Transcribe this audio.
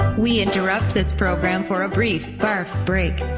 we interrupt this program for a brief barf break.